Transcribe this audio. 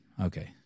Okay